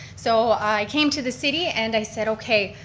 so i came to the city, and i said okay,